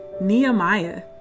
Nehemiah